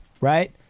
right